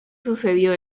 sucedió